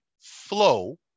flow